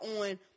on